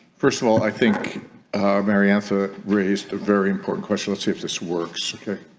first of all i think mary anza raised a very important question let's see if this works ok